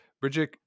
Bridget